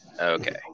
Okay